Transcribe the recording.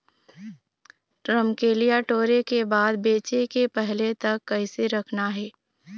रमकलिया टोरे के बाद बेंचे के पहले तक कइसे रखना हे?